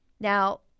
now